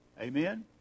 Amen